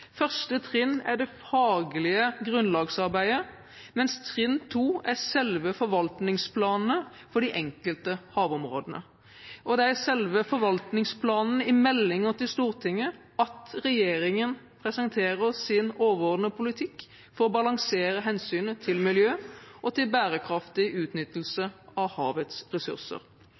Første trinn er det faglige grunnlagsarbeidet, mens trinn to er selve forvaltningsplanene for de enkelte havområdene. Det er i selve forvaltningsplanene i meldinger til Stortinget at regjeringen presenterer sin overordnede politikk for å balansere hensynet til miljø og til bærekraftig